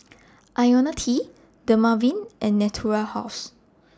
Ionil T Dermaveen and Natura House